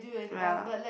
ya